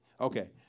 Okay